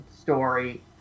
story